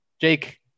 Jake